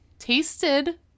tasted